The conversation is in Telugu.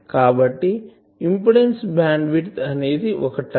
కాబట్టి ఇంపిడెన్సు బ్యాండ్ విడ్త్ అనేది ఒక టర్మ్